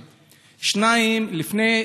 1. 2. לפני,